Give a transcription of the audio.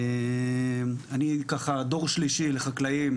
אני דור שלישי לחקלאים,